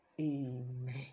Amen